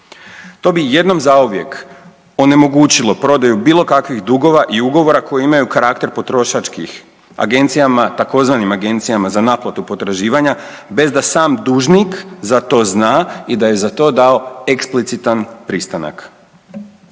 To bi jednom zauvijek onemogućilo prodaju bilo kakvih dugova i ugovora koji imaju karakter potrošačkih agencijama tzv. Agencijama za naplatu potraživanja bez da sam dužnik za to zna i da je za to dao eksplicitan pristanak.